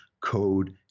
code